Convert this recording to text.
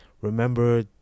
remember